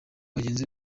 bagenzi